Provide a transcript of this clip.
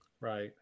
Right